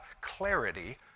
clarity